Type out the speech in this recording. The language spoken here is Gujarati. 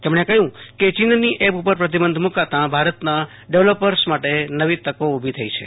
તેમણે કહ્યુ કે ચીનની એપ ઉપર પ્રતિબંધ મુકાતા ભારતના ડેવલોપરોની નવી તક ઉભી થઈ છે